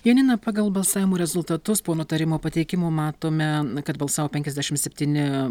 janina pagal balsavimo rezultatus po nutarimo pateikimo matome kad balsavo penkiasdešim septyni